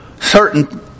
certain